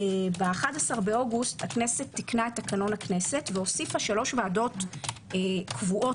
ב-11 באוגוסט הכנסת תיקנה את תקנון הכנסת והוסיפה שלוש ועדות קבועות